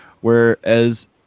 whereas